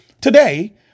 Today